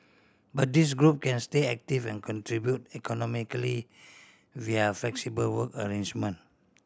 but this group can stay active and contribute economically via flexible work arrangement